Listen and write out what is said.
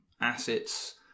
assets